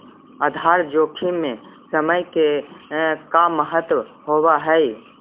आधार जोखिम में समय के का महत्व होवऽ हई?